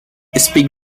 speak